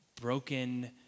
broken